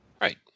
Right